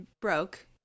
broke